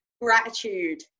gratitude